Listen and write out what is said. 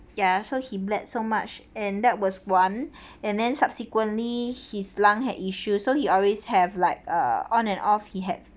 ya so he bled so much and that was one and then subsequently his lung had issues so he always have like uh on and off he had